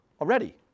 already